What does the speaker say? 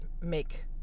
make